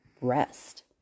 rest